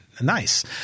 nice